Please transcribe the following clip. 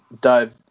dive